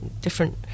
different